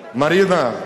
מרינה,